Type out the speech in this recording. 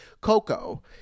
Coco